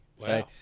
Wow